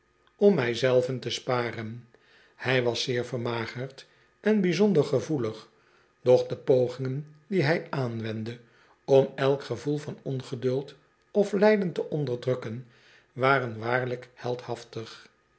om mij zelven te sparen hij was zeer vermagerd en bijzonder gevoelig doch de pogingen die hij aanwendde om elk gevoel van ongeduld of lijden te onderdrukken waren waarlijk heldhaftig